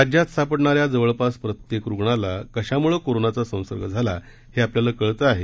राज्यात सापडणाऱ्या जवळपास प्रत्येक रुग्णाला कशामुळं कोरोनाचा संसर्ग झाला हे आपल्याला कळते आहे